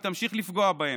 היא תמשיך לפגוע בהם,